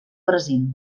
brasil